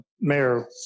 Mayor